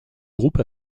groupe